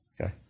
Okay